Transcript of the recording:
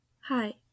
Hi